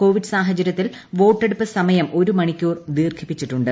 Covid സാഹചര്യത്തിൽ വോട്ടെടുപ്പ് സമയം ഒരു മണിക്കൂർ വർദ്ധിപ്പിച്ചിട്ടുണ്ട്